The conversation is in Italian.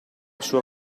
sua